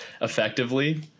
effectively